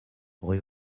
rue